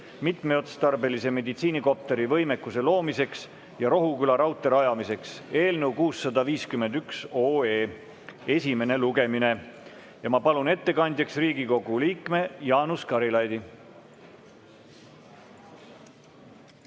mitmeotstarbelise meditsiinikopteri võimekuse loomiseks ja Rohuküla raudtee rajamiseks" eelnõu 651 esimene lugemine. Ma palun ettekandjaks Riigikogu liikme Jaanus Karilaidi.